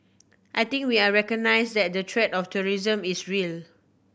I think we all recognise that the threat of terrorism is real